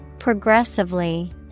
Progressively